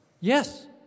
Yes